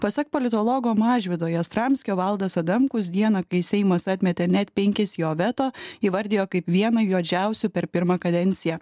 pasak politologo mažvydo jastramskio valdas adamkus dieną kai seimas atmetė net penkis jo veto įvardijo kaip vieną juodžiausių per pirmą kadenciją